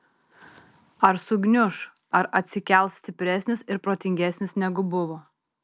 ar sugniuš ar atsikels stipresnis ir protingesnis negu buvo